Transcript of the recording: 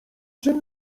czym